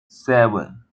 seven